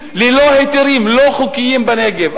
מבנים ללא היתרים, לא חוקיים, בנגב.